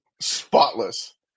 spotless